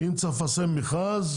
אם צריך לפרסם מכרז,